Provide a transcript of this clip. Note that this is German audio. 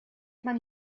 man